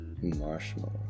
Marshmallow